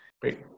Great